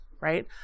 right